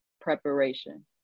preparation